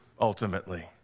ultimately